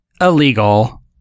illegal